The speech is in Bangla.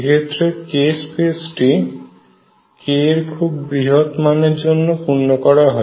এক্ষেত্রে k স্পেসটি k এর খুব বৃহৎ মানের জন্য পূর্ণ করা হয়